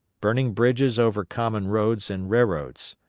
burning bridges over common roads and railroads.